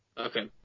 Okay